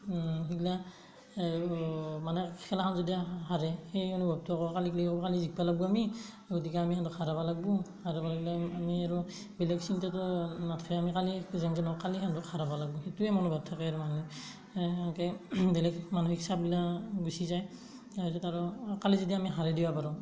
সেইগিলা মানে খেলাখন যদি হাৰে সেই অনুভৱটো আকৌ কালিকলৈকে আৰু কালি জিকিব লাগিব আমি গতিকে আমি সিহঁতক হৰাব লাগব হৰাব লাগিলে আমি আমি আৰু বেলেগ চিন্তাতো নাথাকে আমি কালি যেনেকৈ নহওক কালি সিহঁতক হৰাব লাগিব সেইটোৱেই মনোভাৱ থাকে আৰু মানুহ এনেকৈ বেলেগ মানসিক চাপগিলাক গুচি যায় আৰু তাৰ আৰু কালি যদি আমি হৰাই দিবা পাৰোঁ